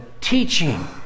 teaching